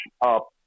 up